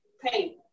pay